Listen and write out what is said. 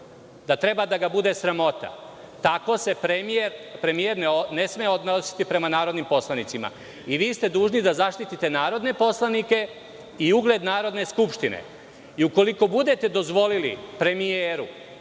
da bude da ga je sramota. Tako se premijer ne sme odnositi prema narodnim poslanicima. Vi ste dužni da zaštitite narodne poslanike i ugled Narodne skupštine. Ukoliko budete dozvolili premijeru